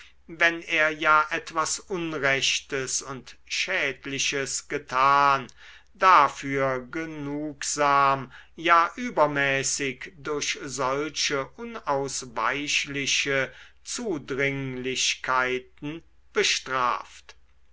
wenn er ja etwas unrechtes und schädliches getan dafür genugsam ja übermäßig durch solche unausweichliche zudringlichkeiten bestraft